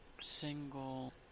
Single